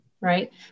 Right